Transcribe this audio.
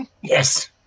Yes